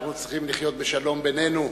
אנחנו צריכים לחיות בשלום בינינו.